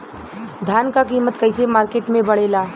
धान क कीमत कईसे मार्केट में बड़ेला?